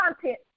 content